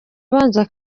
abanza